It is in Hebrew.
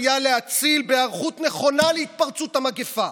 להציל בהיערכות נכונה להתפרצות המגפה.